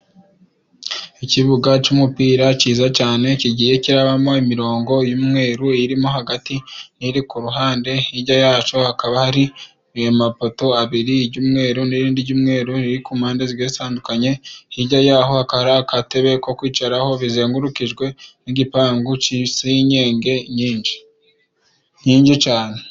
Ikibuga cy'umupira cyiza cyane kigiye kirabamo imirongo y'umweru irimo hagati n'iri ku ruhande. Hirya yacyo hakaba hari amapoto abiri:iry'umweru n'irindi ry'umweru riri ku mpande zitandukanye. Hirya yaho hakabs agatebe ko kwicaraho bizengurukijwe n'igipangu cya senyege nyinshi. Nyinshi cyane.